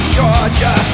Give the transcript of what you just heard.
Georgia